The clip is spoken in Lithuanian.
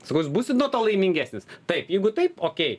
sakau jūs būsit nuo to laimingesnis taip jeigu taip okei